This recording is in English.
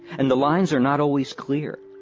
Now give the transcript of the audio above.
and the lines are not always clear.